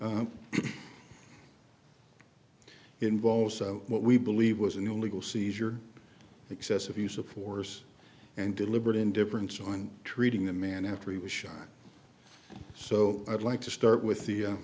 involved what we believe was an illegal seizure excessive use of force and deliberate indifference on treating the man after he was shot so i'd like to start with the